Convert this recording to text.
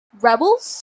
rebels